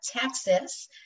Texas